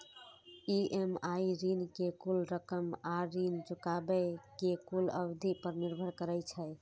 EMI ऋण के कुल रकम आ ऋण चुकाबै के कुल अवधि पर निर्भर करै छै